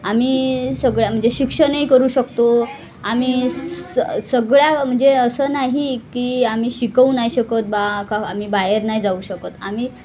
आम्ही सगळं म्हणजे शिक्षणही करू शकतो आम्ही स सगळ्या म्हणजे असं नाही की आम्ही शिकवू नाही शकत बा का आम्ही बाहेर नाही जाऊ शकत आम्ही